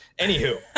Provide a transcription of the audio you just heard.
anywho